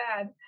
bad